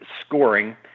scoring